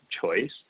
choice